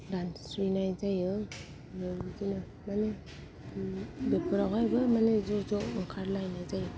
दानस्रिनाय जायो बिदिनो बेफोराव हायबो माने ज' ज' ओंखारलायनाय जायो